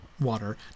water